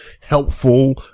helpful